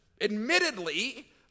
admittedly